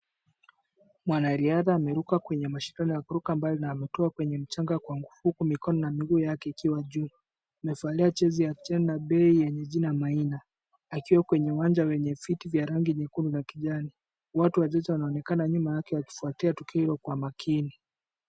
Mwanariadha ameruka kwenye mashindano ya kuruka mbali na ametua kwenye mchanga kwa nguvu huku mikono na miguu yake ikiwa juu, amevalia jezi ya kijani na bei yenye jina Maina, akiwa kwenye uwanja wenye viti vya rangi nyekundu na kijani, watu wachache wanaonekana nyuma yake wakifuatilia tukio hilo kwa makini.